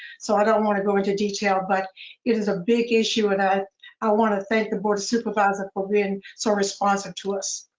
so i don't want to go into detail, but it is a big issue, and ah i want to thank the board of supervisors for being so responsive to us.